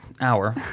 hour